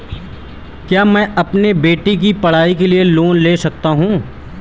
क्या मैं अपने बेटे की पढ़ाई के लिए लोंन ले सकता हूं?